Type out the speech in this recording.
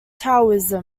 taoism